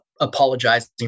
apologizing